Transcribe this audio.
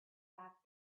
back